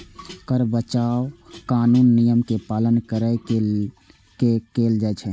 कर बचाव कानूनी नियम के पालन कैर के कैल जाइ छै